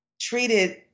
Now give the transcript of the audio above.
treated